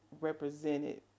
represented